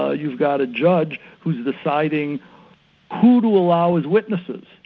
ah you've got a judge who's deciding who to allow as witnesses,